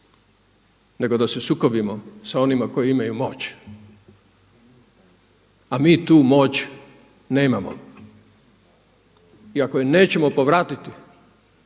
nego da se sukobimo sa onima koji imaju moć. A mi tu moć nemamo. I ako je nećemo povratiti